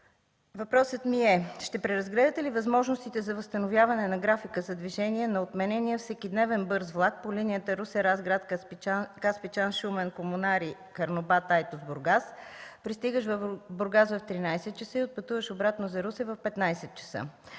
въпросът ми е: ще преразгледате ли възможностите за възстановяване на графика за движение на отменения всекидневен бърз влак по линията Русе-Разград-Каспичан-Шумен-Комунари-Карнобат-Айтос-Бургас, пристигащ в Бургас в 13,00 ч. и отпътуващ обратно за Русе в 15,00